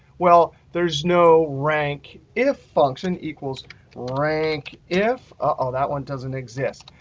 well, there's no rank if function equals rank if. uh-oh, that one doesn't exist.